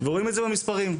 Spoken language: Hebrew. ורואים את זה במספרים.